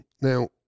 Now